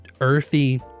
earthy